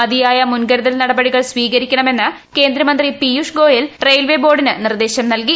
മതിയായ മുൻകരുതൽ നടപടികൾ സ്വീകരിക്കണമെന്ന് കേന്ദ്രമന്ത്രി പീയുഷ് ഗോയൽ റെയിൽവേ ബോർഡിന് നിർദ്ദേശം നൽകി